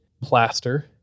plaster